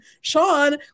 sean